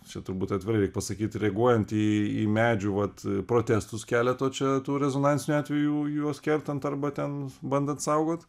čia turbūt atvirai reik pasakyt reaguojant į į medžių vat protestus keleto čia tų rezonansinių atvejų juos kertant arba ten bandant saugot